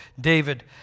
David